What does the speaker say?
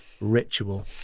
ritual